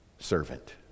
servant